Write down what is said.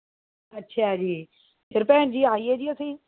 ਅੱਛਾ ਜੀ ਫਿਰ ਭੈਣ ਜੀ ਆਈਏ ਜੀ ਅਸੀਂ